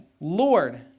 Lord